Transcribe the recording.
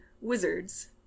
wizards